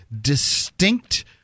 distinct